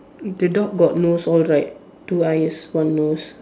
the dog got nose all right two eyes one nose